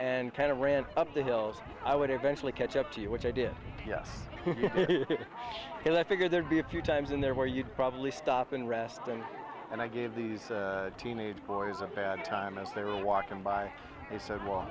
and kind of ran up the hills i would eventually catch up to you which i did to let figure there'd be a few times in there where you'd probably stop and rest and and i gave these teenage boys a bad time as they were walking by he said well